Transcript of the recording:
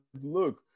look